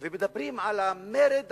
מדברים על המרד הגדול,